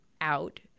out